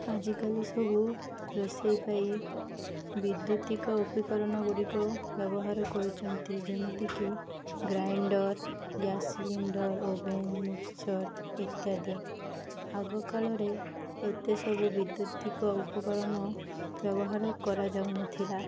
ଆଜିକାଲି ସବୁ ରୋଷେଇ ପାଇଁ ବିଦ୍ୟୁତିକ ଉପକରଣ ଗୁଡ଼ିକ ବ୍ୟବହାର କରୁଛନ୍ତି ଯେମିତିକି grinder gas cylinder oven mixture ଇତ୍ୟାଦି ଆଗକାଳରେ ଏତେ ସବୁ ବିଦ୍ୟୁତିକ ଉପକରଣ ବ୍ୟବହାର କରାଯାଉନଥିଲା